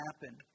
happen